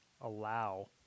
allow